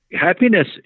Happiness